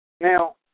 Now